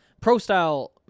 Pro-style